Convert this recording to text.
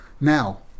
now